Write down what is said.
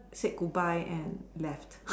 said goodbye and left